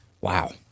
Wow